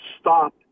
stop